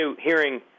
hearing